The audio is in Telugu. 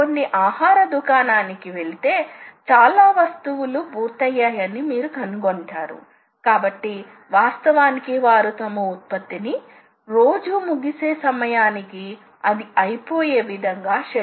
కాబట్టి ప్రాథమిక పొడవు యూనిట్ మీకు షాఫ్ట్ ఎన్కోడర్ ఉందని అనుకుందాం కాబట్టి షాఫ్ట్ ఎన్కోడర్ ఒక రెవల్యూషన్ కు 500 పల్స్ లను ఇస్తుంది